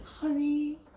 Honey